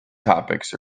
topics